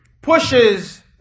pushes